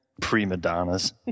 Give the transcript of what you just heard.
Pre-Madonna's